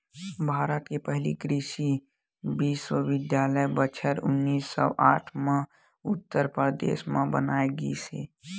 भारत म पहिली कृषि बिस्वबिद्यालय बछर उन्नीस सौ साठ म उत्तर परदेस म बनाए गिस हे